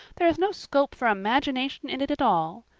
there is no scope for imagination in it at all.